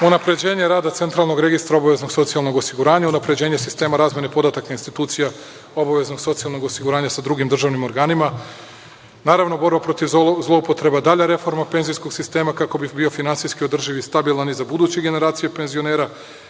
pomoć. Unapređenje rada centralnog registra obaveznog socijalnog osiguranja, unapređenje sistema razmene podataka institucija obaveznog socijalnog osiguranja sa drugim državnim organima. Naravno, borba protiv zloupotreba, dalja reforma penzijskog sistema kako bi bio finansijski održiv i stabilan i za buduće generacije penzionera,